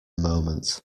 moment